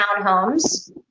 townhomes